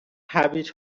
هویج